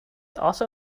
also